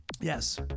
Yes